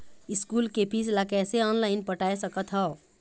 School के fees ला कैसे ऑनलाइन पटाए सकत हव?